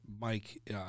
Mike